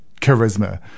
charisma